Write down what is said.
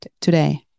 today